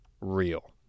real